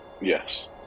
Yes